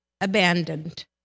abandoned